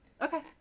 Okay